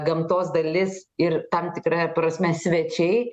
gamtos dalis ir tam tikra prasme svečiai